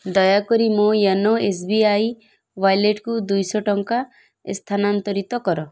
ଦୟାକରି ମୋ YONO S B I ୱାଲେଟକୁ ଦୁଇଶହ ଟଙ୍କା ସ୍ଥାନାନ୍ତରିତ କର